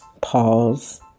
Pause